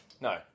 No